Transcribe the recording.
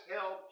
held